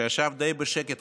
שישב די בשקט